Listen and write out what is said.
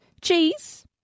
cheese